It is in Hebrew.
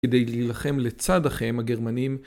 כדי להילחם לצד אחיהם הגרמנים